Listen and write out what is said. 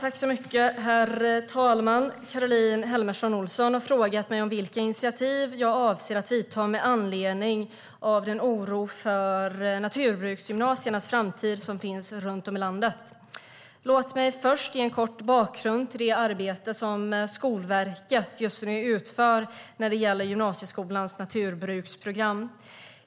Herr talman! Caroline Helmersson Olsson har frågat mig vilka initiativ jag avser att ta med anledning av den oro för naturbruksgymnasiernas framtid som finns runt om i landet. Låt mig först ge en kort bakgrund till det arbete som Skolverket just nu utför när det gäller gymnasieskolans naturbruksprogram.